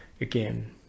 again